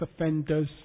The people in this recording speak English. offenders